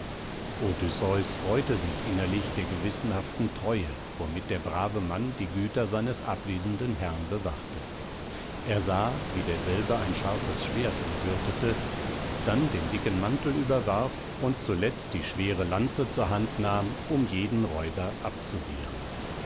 odysseus freute sich innerlich der gewissenhaften treue womit der brave mann die güter seines abwesenden herrn bewachte er sah wie derselbe ein scharfes schwert umgürtete dann den dicken mantel überwarf und zuletzt die schwere lanze zur hand nahm um jeden räuber abzuwehren